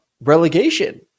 relegation